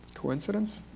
coincidence?